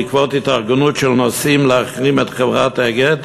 בעקבות התארגנות של נוסעים להחרים את חברת "אגד",